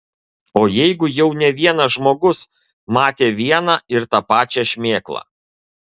o jeigu jau ne vienas žmogus matė vieną ir tą pačią šmėklą